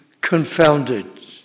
confounded